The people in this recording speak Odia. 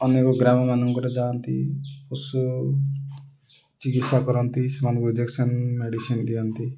ଅନେକ ଗ୍ରାମମାନଙ୍କର ଯାଆନ୍ତି ପଶୁ ଚିକିତ୍ସା କରନ୍ତି ସେମାନଙ୍କୁ ଇଞ୍ଜେକ୍ସନ ମେଡ଼ିସିନ୍ ଦିଅନ୍ତି